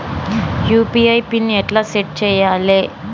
UPI pin ఎట్లా set చేయాలే?